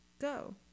go